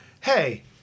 Hey